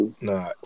nah